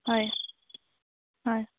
হয় হয়